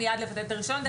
באותו יום מתבטל הרישיון?